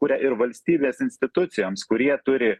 kuria ir valstybės institucijoms kurie turi